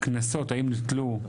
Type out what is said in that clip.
קנסות, האם הוטלו.